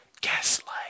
Gaslight